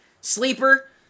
Sleeper